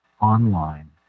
online